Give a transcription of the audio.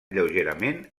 lleugerament